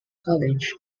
college